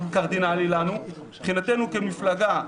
מבחינתנו כמפלגה,